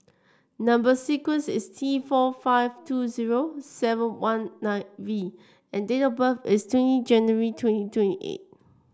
number sequence is T four five two zero seven one nine V and date of birth is twenty January twenty twenty eight